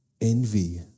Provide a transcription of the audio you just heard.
envy